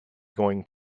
going